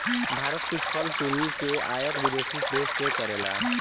भारत कुछ फल कुल के आयत विदेशी देस से करेला